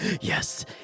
Yes